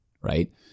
right